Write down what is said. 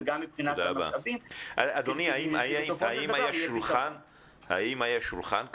אדוני, האם היה שולחן כזה?